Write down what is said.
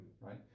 right